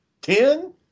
Ten